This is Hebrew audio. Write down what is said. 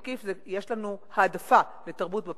עקיף, יש לנו העדפה לתרבות בפריפריה.